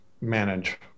manage